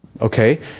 Okay